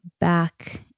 back